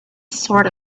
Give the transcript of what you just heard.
sort